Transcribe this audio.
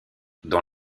dont